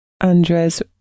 Andres